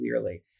clearly